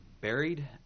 buried